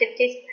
50s